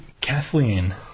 Kathleen